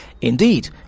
Indeed